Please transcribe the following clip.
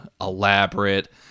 elaborate